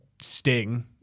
sting